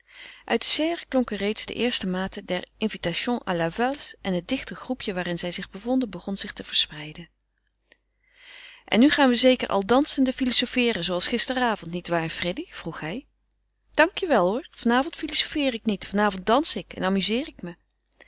uit de serre klonken reeds de eerste maten der invitation à la valse en het dichte groepje waarin zij zich bevonden begon zich te verspreiden en nu gaan we zeker al dansende filozofeeren zooals gisterenavond niet waar freddy vroeg hij dank je wel hoor vanavond filozofeer ik niet vanavond dans ik en amuzeer ik me